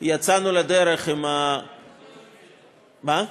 יצאנו לדרך עם, מה?